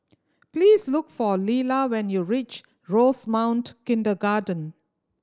please look for Lella when you reach Rosemount Kindergarten